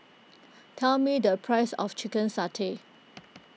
tell me the price of Chicken Satay